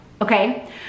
Okay